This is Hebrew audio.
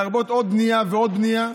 להרבות בנייה ועוד בנייה,